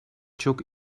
çok